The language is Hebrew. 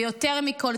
ויותר מכול,